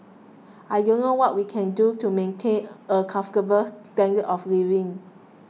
I don't know what we can do to maintain a comfortable standard of living